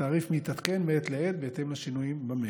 התעריף מתעדכן מעת לעת בהתאם לשינויים במשק.